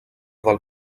del